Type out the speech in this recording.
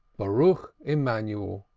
baruch emanuel,